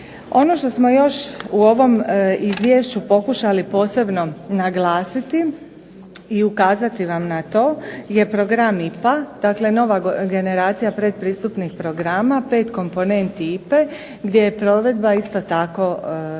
Ono što smo još u ovom izvješću pokušali posebno naglasiti i ukazati vam na to je program IPA dakle nova generacija pretpristupnih programa. Pet komponenti IPA-e gdje je provedba isto tako počela.